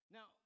Now